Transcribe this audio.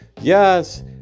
Yes